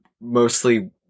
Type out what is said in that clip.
mostly